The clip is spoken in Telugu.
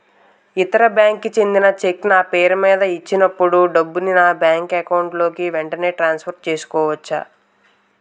ఇతర బ్యాంక్ కి చెందిన చెక్ నా పేరుమీద ఇచ్చినప్పుడు డబ్బుని నా బ్యాంక్ అకౌంట్ లోక్ వెంటనే ట్రాన్సఫర్ చేసుకోవచ్చా?